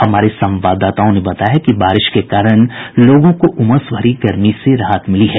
हमारे संवाददाताओं ने बताया है कि बारिश के कारण लोगों को उमस भरी गर्मी से राहत मिली है